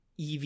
EV